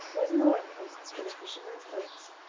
rose mooring posts for the fishermen's boats.